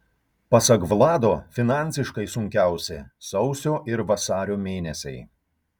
pasak vlado finansiškai sunkiausi sausio ir vasario mėnesiai